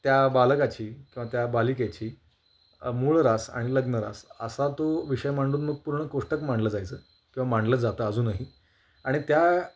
त्या बालकाची किंवा त्या बालिकेची मूळ रास आणि लग्न रास असा तो विषय मांडून मग पूर्ण कोष्टक मांडलं जायचं किंवा मांडलं जातं अजूनही आणि त्या